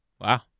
Wow